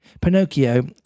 Pinocchio